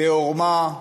בעורמה,